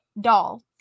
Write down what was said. doll